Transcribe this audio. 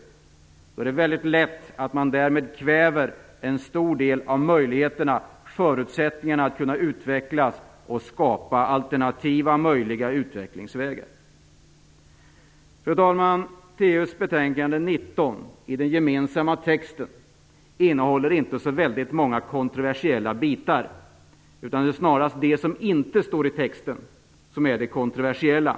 Om man gör det är det väldigt lätt att man därmed kväver en stor del av möjligheterna och förutsättningarna att utvecklas och skapa alternativa möjliga utvecklingsvägar. Fru talman! TU:s betänkande 19 innehåller inte så väldigt många kontroversiella bitar i den gemensamma texten. Det är snarast det som inte står i texten som är det kontroversiella.